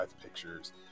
pictures